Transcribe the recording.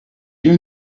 bien